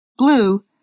Blue